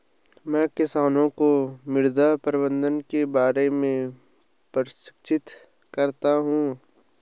मैं किसानों को मृदा प्रबंधन के बारे में प्रशिक्षित करता हूँ